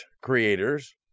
creators